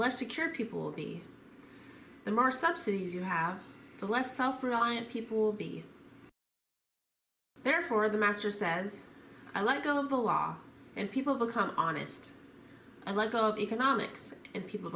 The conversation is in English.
less secure people will be the mar subsidies you have the less self reliant people will be there for the master says i let go of the law and people become honest a lot of economics and people